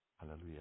Hallelujah